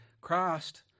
Christ